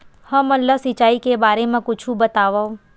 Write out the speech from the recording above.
हमन ला सिंचाई के बारे मा कुछु बतावव?